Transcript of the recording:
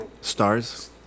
Stars